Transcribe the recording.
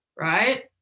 Right